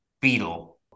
beetle